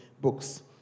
books